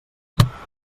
botifarres